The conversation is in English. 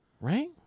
Right